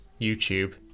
YouTube